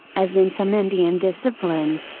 as in some indian disciplines,